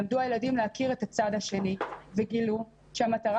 למדו הילדים להכיר את הצד השני וגילו שהמטרה